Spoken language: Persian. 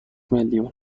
میلیون